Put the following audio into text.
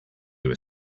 were